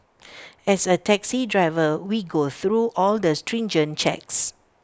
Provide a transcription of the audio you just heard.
as A taxi driver we go through all the stringent checks